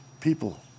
people